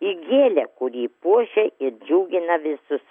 į gėlę kuri puošia ir džiugina visus